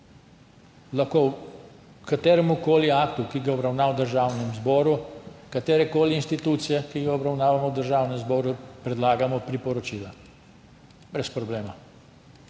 Lahko v kateremkoli aktu, ki ga obravnavamo v Državnem zboru, katerekoli institucije, ki jo obravnavamo v Državnem zboru, predlagamo priporočila. Brez problema.